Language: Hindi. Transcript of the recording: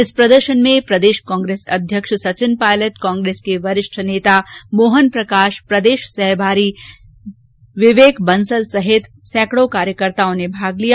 इस प्रदर्शन में प्रदेश कांग्रेस अध्यक्ष सचिन पायलट कांग्रेस के वरिष्ठ नेता मोहन प्रकाश प्रदेश सह प्रभारी विवेक बंसल सहित सैंकडों कार्यकर्ताओं ने भाग लिया